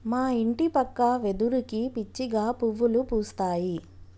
మా ఇంటి పక్క వెదురుకి పిచ్చిగా పువ్వులు పూస్తాయి